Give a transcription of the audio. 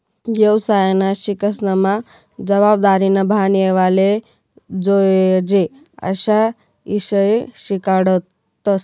येवसायना शिक्सनमा जबाबदारीनं भान येवाले जोयजे अशा ईषय शिकाडतस